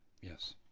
yes